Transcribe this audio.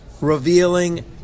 revealing